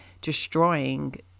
destroying